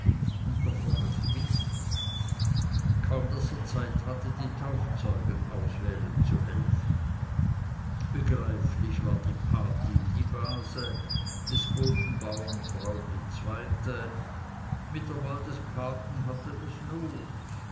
und doch war es winter kaum daß er zeit hatte die taufzeugen auswählen zu helfen begreiflich war patin die base des bodenbauern frau die zweite mit der wahl des paten hatte es not